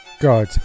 God